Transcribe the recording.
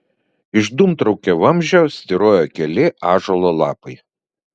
iš dūmtraukio vamzdžio styrojo keli ąžuolo lapai